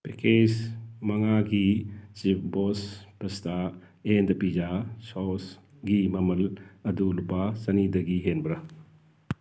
package ꯃꯉꯥꯒꯤ ꯆꯤꯞꯕꯣꯁ pasta and pizza ꯁꯣꯁꯒꯤ ꯃꯃꯜ ꯑꯗꯨ ꯂꯨꯄꯥ ꯆꯅꯤꯗꯒꯤ ꯍꯦꯟꯕ꯭ꯔ